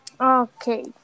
Okay